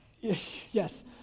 Yes